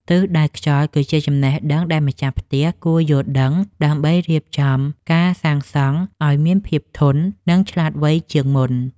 ទិសដៅខ្យល់ គឺជាចំណេះដឹងដែលម្ចាស់ផ្ទះគួរយល់ដឹងដើម្បីរៀបចំការសាងសង់ឱ្យមានភាពធន់ និងឆ្លាតវៃជាងមុន។